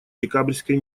декабрьской